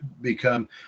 become